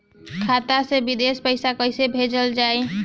खाता से विदेश पैसा कैसे भेजल जाई?